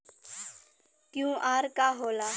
QR का होला?